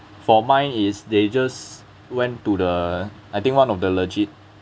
for mine is they just went to the I think one of the legit